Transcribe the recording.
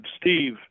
Steve